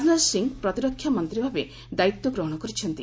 ରାଜନାଥ ସିଂ ପ୍ରତିରକ୍ଷା ମନ୍ତ୍ରୀ ଭାବେ ଦାୟିତ୍ୱ ଗ୍ରହଣ କରିଛନ୍ତି